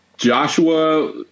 Joshua